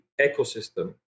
ecosystem